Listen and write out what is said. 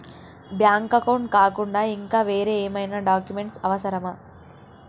Bank account కాకుండా ఇంకా వేరే ఏమైనా డాక్యుమెంట్స్ అవసరమా?